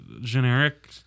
generic